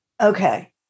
Okay